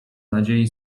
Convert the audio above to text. nadziei